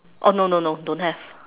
oh no no no don't have